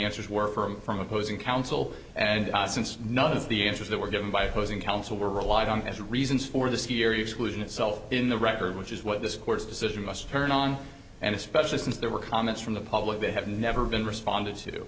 answers were from opposing counsel and since none of the answers that were given by opposing counsel were relied on as reasons for this year you solution itself in the record which is what this court's decision must turn on and especially since there were comments from the public they have never been responded to